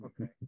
Okay